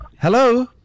Hello